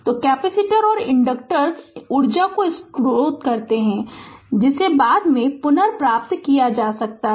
तो कैपेसिटर और इंडक्टर्स ऊर्जा को स्टोर करते हैं जिसे बाद में पुनर्प्राप्त किया जा सकता है